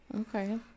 Okay